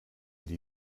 die